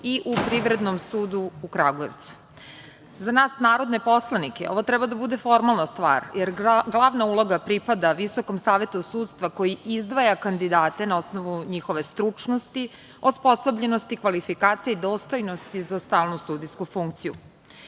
i u Privrednom sudu u Kragujevcu.Za nas narodne poslanike ovo treba da bude formalna stvar, jer glavna uloga pripada VSS koji izdvaja kandidate na osnovu njihove stručnosti, osposobljenosti, kvalifikacija i dostojnosti za stalnu sudijsku funkciju.